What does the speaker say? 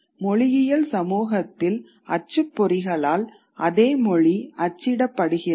மொழியியல் சமூகத்தில் அச்சுப்பொறிகளால் அதே மொழி அச்சிடப்படுகிறது